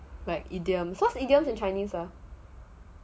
like idioms what is idioms in chinese